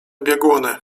bieguny